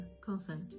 consent